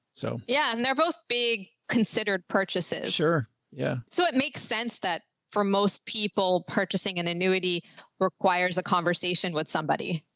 so yeah, and they're both big considered purchases. yeah so it makes sense that for most people, purchasing an annuity requires a conversation with somebody.